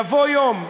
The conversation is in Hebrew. יבוא יום,